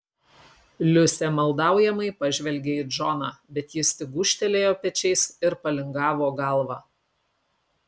liusė maldaujamai pažvelgė į džoną bet jis tik gūžtelėjo pečiais ir palingavo galvą